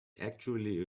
actually